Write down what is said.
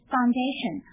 Foundation